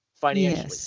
financially